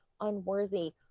unworthy